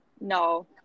No